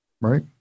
Right